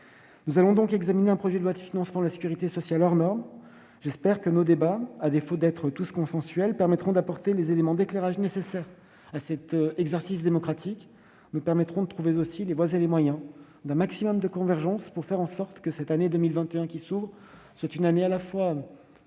nous allons donc examiner un projet de loi de financement de la sécurité sociale hors norme. J'espère que nos débats, à défaut d'être tous consensuels, permettront d'apporter les éléments d'éclairage nécessaires au bon exercice de la démocratie. Je souhaite également qu'ils nous permettent de trouver les voies et les moyens d'un maximum de convergence, pour faire en sorte que cette année 2021 soit une année utile à la fois